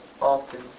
often